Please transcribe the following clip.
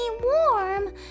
warm